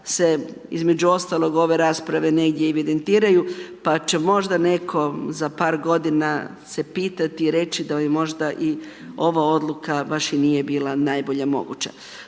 se između ostalog ove rasprave negdje evidentiraju pa će možda netko za par godina se pitati i reći da možda i ova odluka baš i nije bila najbolje moguća.